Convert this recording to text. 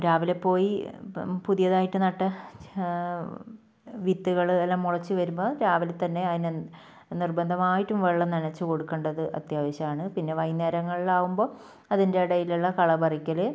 രാവിലെ പോയി ഇപ്പം പുതിയതായിട്ട് നട്ട വിത്തുകൾ എല്ലാം മുളച്ച് വരുമ്പം രാവിലെ തന്നെ അതിന് നിർബന്ധമായിട്ടും വെള്ളം നനച്ച് കൊടുക്കേണ്ടത് അത്യാവശ്യമാണ് പിന്നെ വൈകുന്നേരങ്ങളിലാവു മ്പോൾ അതിൻ്റെ ഇടയിലുള്ള കള പറിക്കൽ